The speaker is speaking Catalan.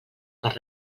per